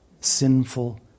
Sinful